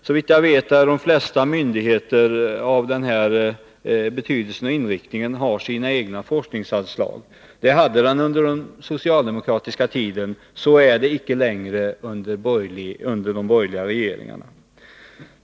Såvitt jag vet har de flesta myndigheter av denna betydelse och med denna inriktning egna forskningsanslag. Det hade också konsumentverket under den socialdemokratiska tiden, men så är det inte under de borgerliga regeringarna.